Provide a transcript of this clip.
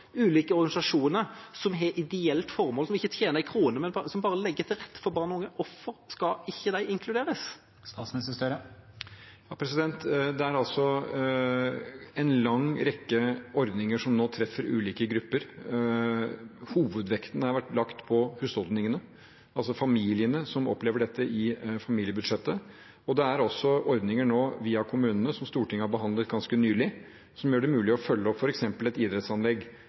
ulike organisasjoner som har et ideelt formål, som ikke tjener én krone, men som bare legger til rette for barn og unge, ikke skal inkluderes? Det er en lang rekke ordninger som nå treffer ulike grupper. Hovedvekten er lagt på husholdningene, altså familiene, som opplever dette i familiebudsjettet. Det er også ordninger nå via kommunene, som Stortinget har behandlet ganske nylig, som gjør det mulig å følge opp f.eks. et idrettsanlegg